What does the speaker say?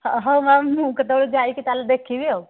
ହଉ ମ୍ୟାଡ଼ାମ୍ ମୁଁ କେତେବେଳେ ଯାଇକି ତାହେଲେ ଦେଖିବି ଆଉ